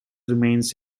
remains